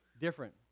different